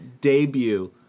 Debut